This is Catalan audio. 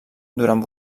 durant